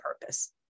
purpose